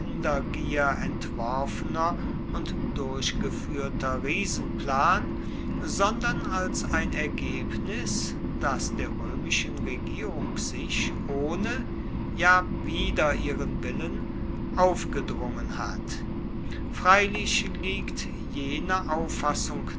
entworfener und durchgefuehrter riesenplan sondern als ein ergebnis das der roemischen regierung sich ohne ja wider ihren willen aufgedrungen hat freilich liegt jene auffassung